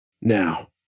now